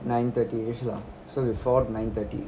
nine thirty-ish lah so before nine thirty